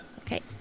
Okay